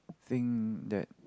thing that